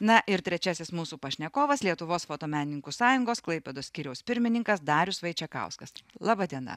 na ir trečiasis mūsų pašnekovas lietuvos fotomenininkų sąjungos klaipėdos skyriaus pirmininkas darius vaičekauskas laba diena